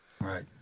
Right